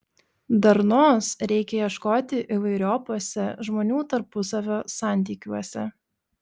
darnos reikia ieškoti įvairiopuose žmonių tarpusavio santykiuose